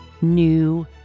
new